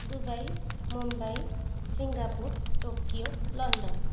Dubai Mumbai Singapore Tokyo London